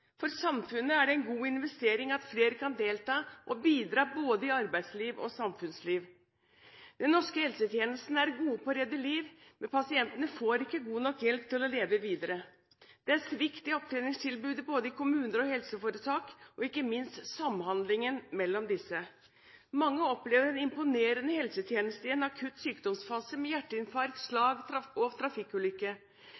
For samfunnet er det en god investering at flere kan delta og bidra både i arbeidsliv og samfunnsliv. Den norske helsetjenesten er god på å redde liv, men pasientene får ikke god nok hjelp til å leve videre. Det er svikt i opptreningstilbudet både i kommuner og i helseforetak og ikke minst i samhandlingen mellom disse. Mange opplever en imponerende helsetjeneste i en akutt sykdomsfase med